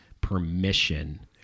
permission